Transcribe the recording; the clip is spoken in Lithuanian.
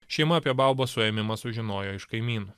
šeima apie baubo suėmimą sužinojo iš kaimynų